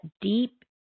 deep